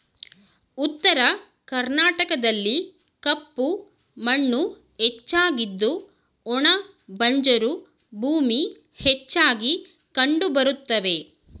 ಉತ್ತರ ಕರ್ನಾಟಕದಲ್ಲಿ ಕಪ್ಪು ಮಣ್ಣು ಹೆಚ್ಚಾಗಿದ್ದು ಒಣ ಬಂಜರು ಭೂಮಿ ಹೆಚ್ಚಾಗಿ ಕಂಡುಬರುತ್ತವೆ